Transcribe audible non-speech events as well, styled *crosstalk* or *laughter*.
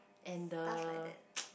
and the *noise*